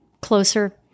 Closer